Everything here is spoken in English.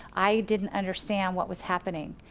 i didn't understand what was happening.